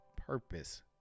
purpose